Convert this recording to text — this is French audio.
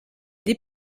des